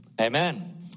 Amen